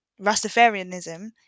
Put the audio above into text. Rastafarianism